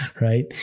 right